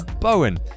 Bowen